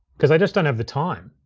cause they just don't have the time.